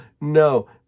No